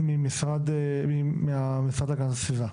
מהמשרד להגנת הסביבה,